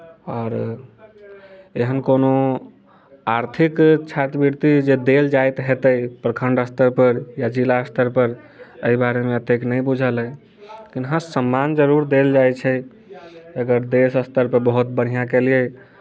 आओर एहन कोनो आर्थिक छात्रवृत्ति जे देल जाइत हेतै प्रखण्ड स्तरपर या जिला स्तरपर एहि बारेमे एतेक नहि बुझल अछि लेकिन हँ सम्मान जरूर देल जाइत छै अगर देश स्तरपर बहुत बढ़िआँ केलियै